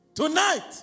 Tonight